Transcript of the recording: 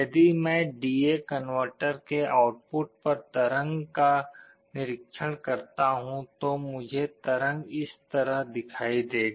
यदि मैं D A converter के आउटपुट पर तरंग का निरीक्षण करता हूं तो मुझे तरंग इस तरह दिखाई देगा